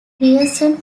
grierson